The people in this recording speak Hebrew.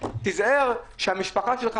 תיזהר שלא תדביק את המשפחה שלך,